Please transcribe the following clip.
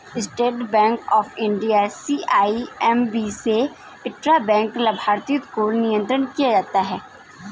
state Bank of India CIMB से intra bank लाभार्थी को नियंत्रण किया जाता है